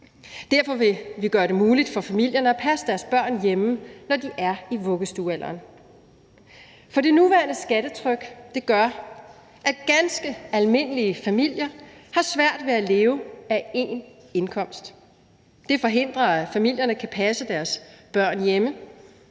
Derfor vil vi gøre det muligt for familierne at passe deres børn hjemme, når de er i vuggestuealderen. For det nuværende skattetryk gør, at ganske almindelige familier har svært ved at leve af én indkomst. Det forhindrer, at familierne kan passe deres børn hjemme.